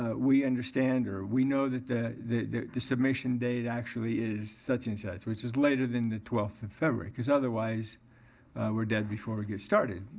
ah we understand or we know that the the submission date actually is such and such, which is later than the twelfth of february cause otherwise we're dead before we get started.